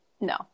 no